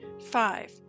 five